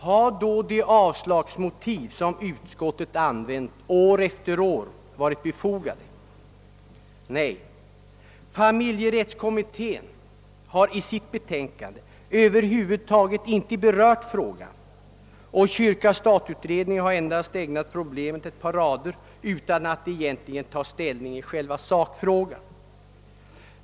Har då de avslagsmotiv som utskottet anfört år efter år varit befogade? Nej! Familjerättskommittén har i sitt betänkande över huvud taget inte berört frågan, och kyrka—stat-utredningen har endast ägnat problemet ett par rader utan att egentligen ta ställning i själva sakfrågan.